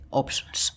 options